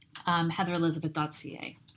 heatherelizabeth.ca